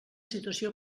situació